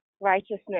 Righteousness